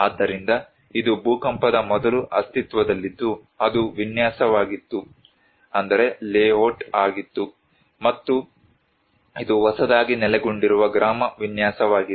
ಆದ್ದರಿಂದ ಇದು ಭೂಕಂಪದ ಮೊದಲು ಅಸ್ತಿತ್ವದಲ್ಲಿದ್ದು ಅದು ವಿನ್ಯಾಸವಾಗಿತ್ತು ಮತ್ತು ಇದು ಹೊಸದಾಗಿ ನೆಲೆಗೊಂಡಿರುವ ಗ್ರಾಮ ವಿನ್ಯಾಸವಾಗಿದೆ